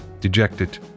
dejected